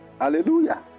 Hallelujah